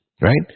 right